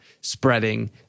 spreading